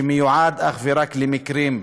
שמיועד אך ורק למקרים,